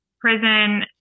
prison